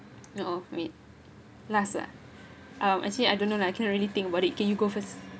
no I mean last lah um actually I don't know lah I can't really think about it can you go first